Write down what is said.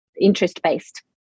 interest-based